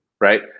right